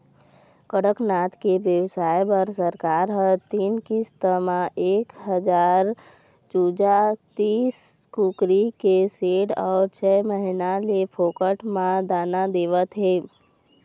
कड़कनाथ के बेवसाय बर सरकार ह तीन किस्त म एक हजार चूजा, तीस कुकरी के सेड अउ छय महीना ले फोकट म दाना देवत हे